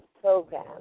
program